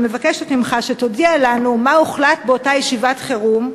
אני מבקשת ממך שתודיע לנו מה הוחלט באותה ישיבת חירום,